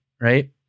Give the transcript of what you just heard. right